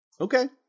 Okay